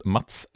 Mats